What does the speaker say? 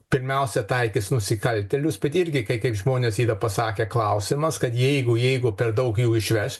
pirmiausia taikys nusikaltėlius bet irgi kai kaip žmonės yra pasakę klausimas kad jeigu jeigu per daug jų išveš